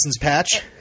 Patch